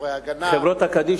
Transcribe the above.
חברי "ההגנה",